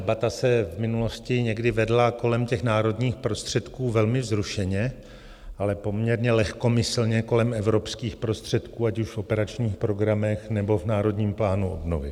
Debata se v minulosti někdy vedla kolem těch národních prostředků velmi vzrušeně, ale poměrně lehkomyslně kolem evropských prostředků, ať už v operačních programech, nebo v Národním plánu obnovy.